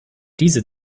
diese